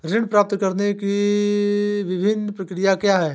ऋण प्राप्त करने की विभिन्न प्रक्रिया क्या हैं?